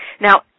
Now